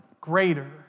greater